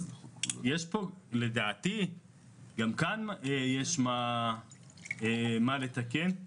לדעתי גם כאן יש מה לתקן.